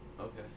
Okay